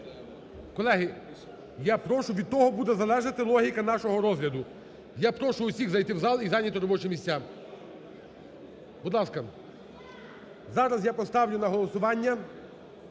Колеги, я прошу, від того буде залежати логіка нашого розгляду. Я прошу усіх зайти в зал і зайняти робочі місця. Будь ласка. Зараз я поставлю на голосування